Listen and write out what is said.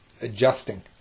adjusting